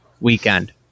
weekend